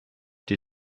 die